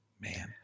man